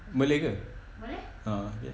boleh ke ah okay